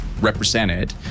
represented